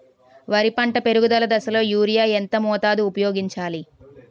వరి పంట పెరుగుదల దశలో యూరియా ఎంత మోతాదు ఊపయోగించాలి?